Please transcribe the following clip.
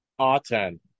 Aten